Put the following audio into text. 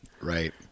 right